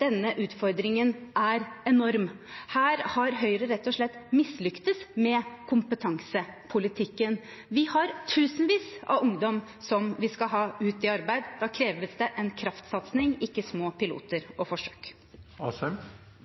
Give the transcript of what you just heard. denne utfordringen er enorm. Her har Høyre rett og slett mislyktes med kompetansepolitikken. Vi har tusenvis av ungdom som vi skal ha ut i arbeid. Da kreves det en kraftsatsing, ikke små piloter og forsøk. For